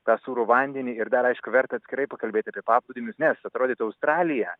tą sūrų vandenį ir dar aišku verta atskirai pakalbėti apie paplūdimius nes atrodytų australija